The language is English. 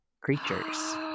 creatures